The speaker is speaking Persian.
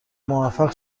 موفق